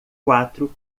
quatro